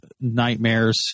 Nightmare's